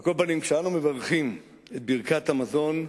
על כל פנים, כשאנו מברכים את ברכת המזון,